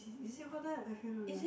is it call that I cannot remember